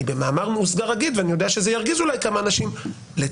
אני במאמר מוסגר אגיד ואני יודע שזה ירגיז אולי כמה אנשים לצערנו,